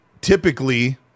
typically